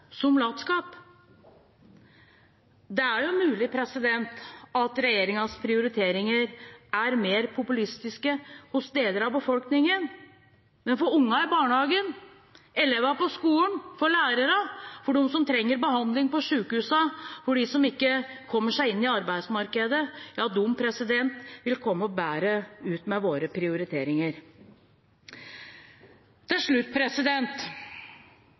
som latskap. Det er mulig at regjeringens prioriteringer er mer populistiske hos deler av befolkningen, men ungene i barnehagen, elevene i skolen, lærerne, de som trenger behandling på sykehusene, de som ikke kommer seg inn i arbeidsmarkedet, ville kommet bedre ut med våre prioriteringer. Til slutt: